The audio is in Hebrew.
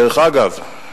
דרך אגב,